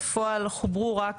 בפועל חוברו רק